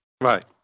Right